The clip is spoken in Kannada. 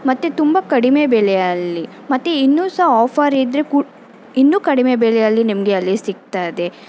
ಮತ್ತು ತುಂಬ ಕಡಿಮೆ ಬೆಲೆಯಲ್ಲಿ ಮತ್ತು ಇನ್ನೂ ಸಹ ಆಫರ್ ಇದ್ದರೆ ಕೂ ಇನ್ನೂ ಕಡಿಮೆ ಬೆಲೆಯಲ್ಲಿ ನಿಮಗೆ ಅಲ್ಲಿ ಸಿಗ್ತದೆ